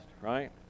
right